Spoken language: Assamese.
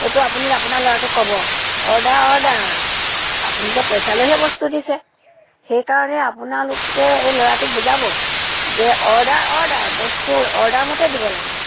এইটো আপুনি আপোনাৰ ল'ৰাটোক ক'ব অৰ্ডাৰ অৰ্ডাৰ আৰু আপোনালোকে পইচা লৈহে বস্তু দিছে সেইকাৰণে আপোনালোকে এই ল'ৰাটোক বুজাব যে অৰ্ডাৰ অৰ্ডাৰ বস্তু অৰ্ডাৰ মতে দিব লাগে